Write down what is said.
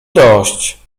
dość